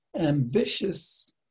ambitious